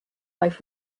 life